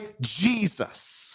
Jesus